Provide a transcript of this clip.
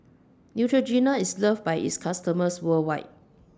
Neutrogena IS loved By its customers worldwide